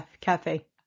cafe